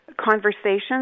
conversations